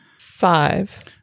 Five